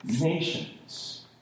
nations